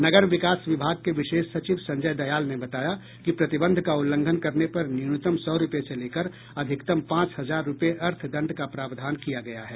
नगर विकास विभाग के विशेष सचिव संजय दयाल ने बताया कि प्रतिबंध का उल्लंघन करने पर न्यूनतम सौ रूपये से लेकर अधिकतम पांच हजार रूपये अर्थदंड का प्रावधान किया गया है